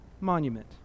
monument